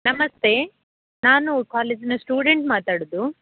ನಮಸ್ತೆ ನಾನು ಕಾಲೇಜಿನ ಸ್ಟೂಡೆಂಟ್ ಮಾತಾಡೋದು